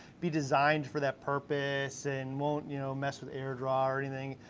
be designed for that purpose, and won't you know mess with air draw or anything.